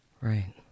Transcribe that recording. Right